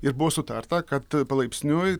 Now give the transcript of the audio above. ir buvo sutarta kad palaipsniui